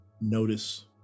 notice